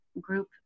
group